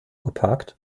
geparkt